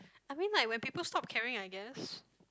I mean like when people stop caring I guess